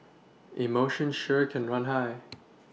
emotions sure can run high